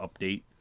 update